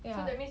ya